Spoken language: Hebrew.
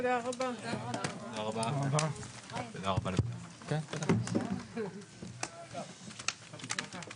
הישיבה ננעלה בשעה 15:10.